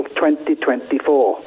2024